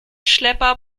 schlepper